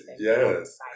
yes